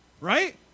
Right